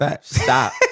Stop